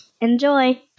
Enjoy